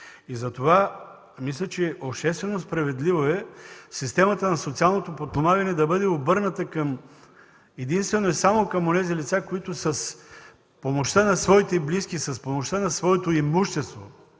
доходи. Мисля, че обществено справедливо е системата на социалното подпомагане да бъде обърната единствено и само към онези лица, които с помощта на своите близки, с помощта на своето имущество,